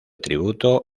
tributo